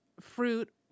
fruit